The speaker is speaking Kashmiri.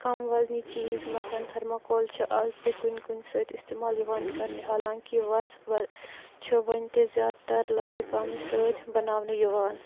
کَم وَزنی چیٖز مثلاََ تھٔرماکول چھِ آز تہِ کُنہِ کُنہِ سۭتۍ اِستعمال یِوان کَرنہٕ حالانٛکہِ وَس وَ چھِ وٕنہِ تہِ زیادٕ تر لٔکرِ کامہِ سۭتۍ بناونہٕ یِوان